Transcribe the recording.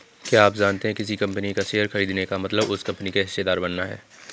क्या आप जानते है किसी कंपनी का शेयर खरीदने का मतलब उस कंपनी का हिस्सेदार बनना?